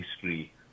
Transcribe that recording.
history